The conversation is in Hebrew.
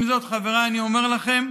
עם זאת, חבריי, אני אומר לכם,